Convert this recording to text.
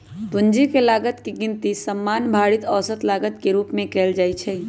पूंजी के लागत के गिनती सामान्य भारित औसत लागत के रूप में कयल जाइ छइ